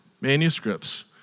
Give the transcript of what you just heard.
manuscripts